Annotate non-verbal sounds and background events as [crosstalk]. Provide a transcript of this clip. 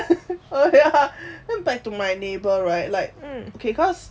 [laughs] oh ya back to my neighbour right okay cause